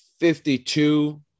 52